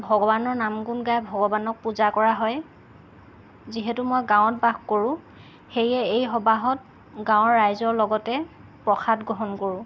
ভগৱানৰ নাম গুণ গাই ভগৱানক পূজা কৰা হয় যিহেতু মই গাঁৱত বাস কৰোঁ সেইয়ে এই সবাহত গাঁৱৰ ৰাইজৰ লগতে প্ৰসাদ গ্ৰহণ কৰোঁ